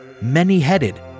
many-headed